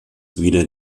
wieder